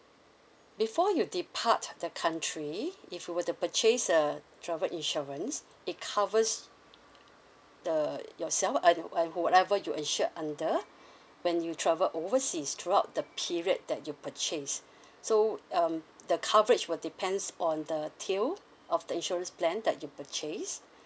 before you depart the country if you were to purchase a travel insurance it covers the yourself and and who whatever you insured under when you travel overseas throughout the period that you purchase so um the coverage will depends on the tier of the insurance plan that you purchase